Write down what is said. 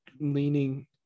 leaning